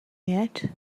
yet